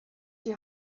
die